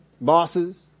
bosses